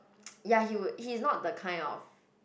ya he would he is not the kind of